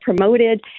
promoted